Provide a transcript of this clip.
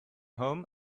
home